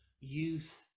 youth